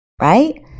right